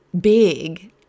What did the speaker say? big